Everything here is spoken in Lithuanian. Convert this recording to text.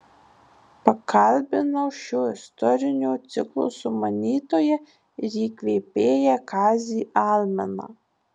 pakalbinau šio istorinio ciklo sumanytoją ir įkvėpėją kazį almeną